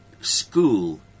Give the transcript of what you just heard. school